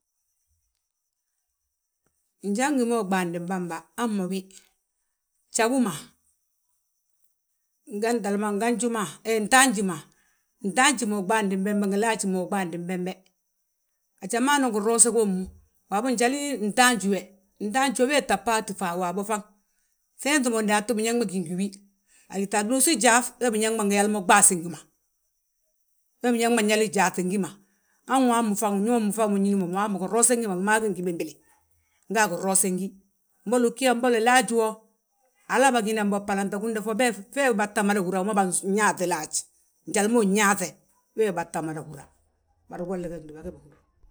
Njan wi ma uɓaandin bamba, hamma wi gjabu ma, ngi wentele ma nganju, ntaaji ma, ntaanji ma uɓaandi bembe, ngi laaji ma uɓaandi bembe. A jamano ginroose gommu, waabo njali ntaanji we, ntaanji we, wee tta bb- aati fan waabo fan. Ŧeenŧia ma daatu biñaŋ gí ngi wi, tita luusi gyaaŧ wee biñaŋ ma ngi yaal mo ɓaasin wi ma, we biñaŋ ma nyali gyaaŧi gi ma. Han wammu fan ñoomu fan ma unñini bommu waamu ginroose wi ma a wi maagi ngi bembele, nga ginrosen gí. Mbolo wi gí yaa, mboli laaji wo, hala bâginan bo. Balantagúnda fo feefi bâa tta mada húra, wima bânyaaŧi laaj, njali ma win yaaŧe wee wi bâa tta mada húra, bari golla ge gdúba ge bâhúru.